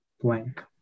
blank